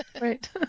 Right